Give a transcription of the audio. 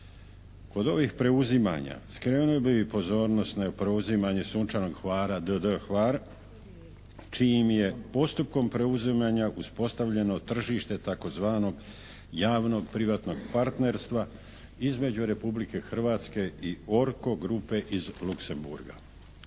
Kod ovih preuzimanja skrenuo bih pozornost na preuzimanje "Sunčanog Hvara" d.d. Hvar čijim im je postupkom preuzimanja uspostavljeno tržište tzv. javnog privatnog partnerstva između Republike Hrvatske i "Orko Grupe" iz Luksemburga.